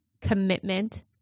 commitment